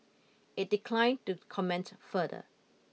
it declined to comment further